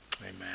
Amen